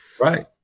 Right